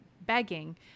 begging